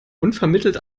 unvermittelt